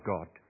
God